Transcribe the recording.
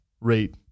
rate